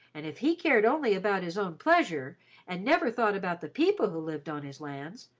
and if he cared only about his own pleasure and never thought about the people who lived on his lands,